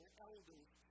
elders